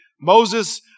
Moses